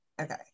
Okay